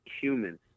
humans